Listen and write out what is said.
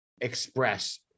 express